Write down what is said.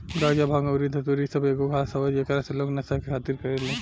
गाजा, भांग अउरी धतूर इ सब एगो घास हवे जेकरा से लोग नशा के खातिर करेले